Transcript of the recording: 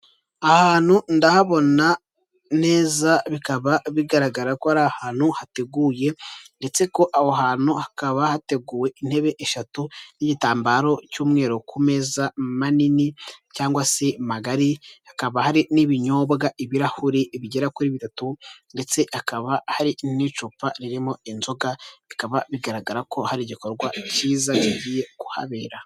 Aha hantu ndahabona neza bikaba bigaragara ko ari ahantu hateguye ndetse ko aho hantu hakaba hateguwe intebe eshatu n'igitambaro cy'umweru ku meza manini cyangwa se magari hakaba hari n'ibinyobwa, ibirahuri bigera kuri bitatu ndetse hakaba hari n'icupa ririmo inzoga bikaba bigaragara ko hari igikorwa cyiza kigiye kuhabera.